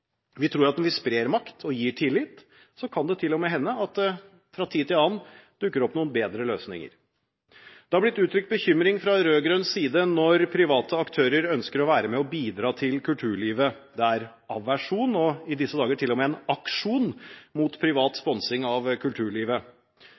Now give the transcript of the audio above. Vi tror at når vi sprer makt og gir tillit, kan det til og med hende at det fra tid til annen dukker opp noen bedre løsninger. Det har blitt uttrykt bekymring fra rød-grønn side når private aktører ønsker å være med og bidra til kulturlivet. Det er en aversjon – og i disse dager til og med en aksjon – mot privat